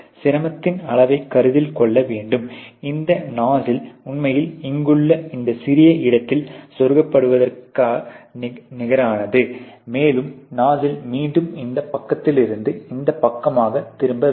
சிரமத்தின் அளவைக் கருத்தில் கொள்ள வேண்டும் இந்த நாஸ்சில் உண்மையில் இங்குள்ள இந்த சிறிய இடத்தில் செருகப்படுவதற்கு நிகரானது மேலும் நாஸ்சில் மீண்டும் இந்தப் பக்கத்திலிருந்து இந்தப் பக்கமாகத் திரும்ப வேண்டும்